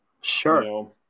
Sure